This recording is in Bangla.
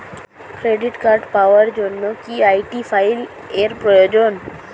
ক্রেডিট কার্ড পাওয়ার জন্য কি আই.ডি ফাইল এর প্রয়োজন?